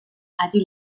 hagi